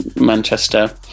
manchester